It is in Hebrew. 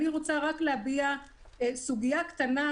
אני רוצה רק להביע סוגיה קטנה,